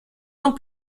ans